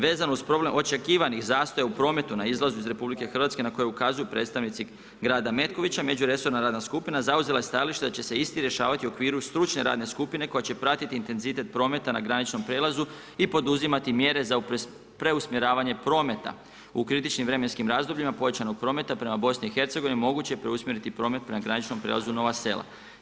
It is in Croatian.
Vezano uz problem očekivanih zastoja u prometu na izlazu iz RH na koje ukazuju predstavnici grada Metkovića, međuresorna radna skupina zauzela je stajalište da će se isti rješavati u okviru stručne radne skupine koja će pratiti intenzitet prometa na graničnom prijelazu i poduzimati mjere za preusmjeravanje prometa u kritičnim vremenskim razdobljima povećanog prometa prema BiH-a, moguće je preusmjeriti promet prema graničnom prijelazu Nova Sela.